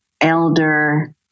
Elder